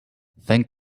think